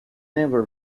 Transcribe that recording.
never